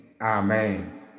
Amen